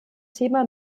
thema